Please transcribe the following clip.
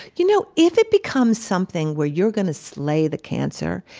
you know if it becomes something where you're gonna slay the cancer,